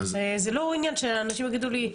זה לא עניין שאנשים יגידו לי,